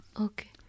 Okay